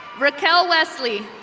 briquel wesley.